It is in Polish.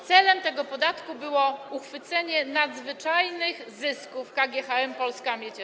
Celem tego podatku było uchwycenie nadzwyczajnych zysków KGHM Polska Miedź SA.